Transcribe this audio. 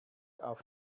auf